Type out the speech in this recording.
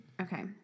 okay